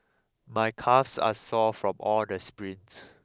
my calves are sore from all the sprints